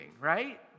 right